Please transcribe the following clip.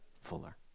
Fuller